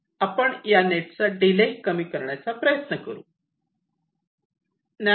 आपण या नेट चा डिले कमी करण्याचा प्रयत्न करू